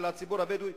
של הציבור הבדואי,